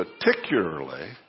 particularly